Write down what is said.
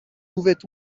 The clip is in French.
pouvait